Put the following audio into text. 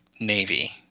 navy